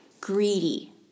greedy